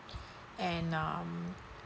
and um